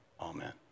amen